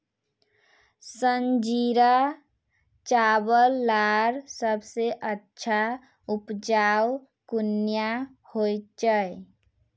संजीरा चावल लार सबसे अच्छा उपजाऊ कुनियाँ होचए?